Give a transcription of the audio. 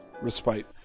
Respite